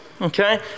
Okay